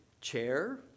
chair